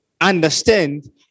understand